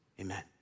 amen